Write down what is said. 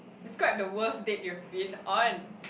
describe the worst date you've been on